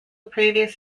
previous